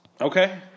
Okay